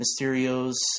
Mysterio's